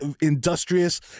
industrious